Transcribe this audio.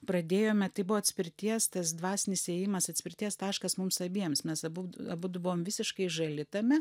pradėjome tai buvo atspirties tas dvasinis ėjimas atspirties taškas mums abiems mes abu abudu buvom visiškai žali tame